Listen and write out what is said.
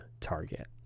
target